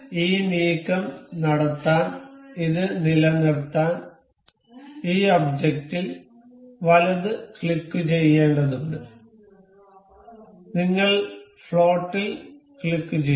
ഈ നീക്കം നടത്താൻ ഇത് നിലനിർത്താൻ ഈ ഒബ്ജക്റ്റിൽ വലത് ക്ലിക്കുചെയ്യേണ്ടതുണ്ട് നിങ്ങൾ ഫ്ലോട്ടിൽ ക്ലിക്കുചെയ്യാം